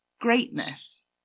greatness